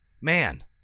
man